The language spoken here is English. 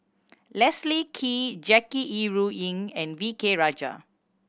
Leslie Kee Jackie Yi Ru Ying and V K Rajah